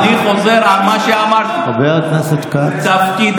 אתם הצבעתם נגד הקמת תחנות